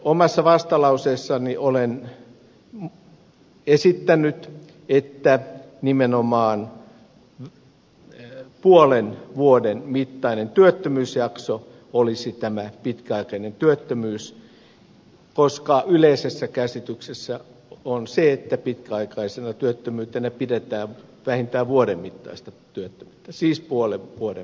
omassa vastalauseessani olen esittänyt että nimenomaan puolen vuoden mittainen työttömyysjakso olisi tämä pitkäaikainen työttömyys koska yleisessä käsityksessä on se että pitkäaikaisena työttömyytenä pidetään vähintään puolen vuoden mittaista työttömyyttä